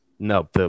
No